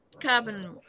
carbon